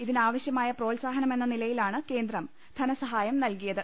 ഇതനാവശ്യമായ പ്രോത്സാഹനമെന്ന നിലയിലാണ് കേന്ദ്രം ധനസഹായം നൽകിയത്